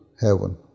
heaven